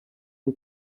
lhe